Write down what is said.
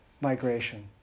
migration